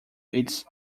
its